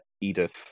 Edith